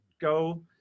go